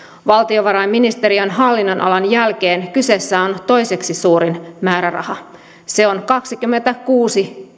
valtiovarainministeriön hallinnonalan jälkeen kyseessä on toiseksi suurin määräraha se on kaksikymmentäkuusi